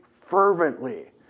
fervently